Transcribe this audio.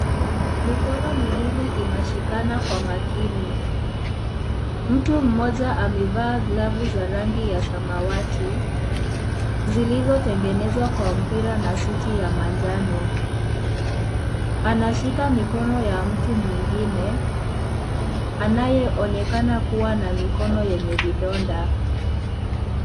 Mikono miwili inashikana kwa makini. Mtu mmoja amevaa glavu za rangi ya samawati zilzizotengenezwa kwa mpira na suti ya manjano. Anashika mikono ya mtu mwengine anayeonekana kuwa na mikono yenye vidonda.